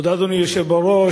תודה, אדוני היושב בראש.